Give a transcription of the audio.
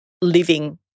living